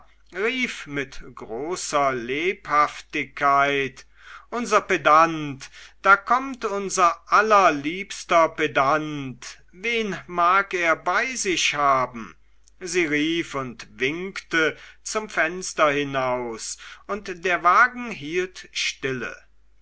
rief mit großer lebhaftigkeit unser pedant da kommt unser allerliebster pedant wen mag er bei sich haben sie rief und winkte zum fenster hinaus und der wagen hielt stille